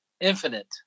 infinite